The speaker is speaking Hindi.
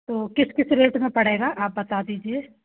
तो किस किस रेट में पड़ेगा आप बता दीजिए